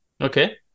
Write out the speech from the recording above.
Okay